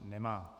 Nemá.